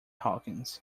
hawkins